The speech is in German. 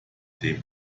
dem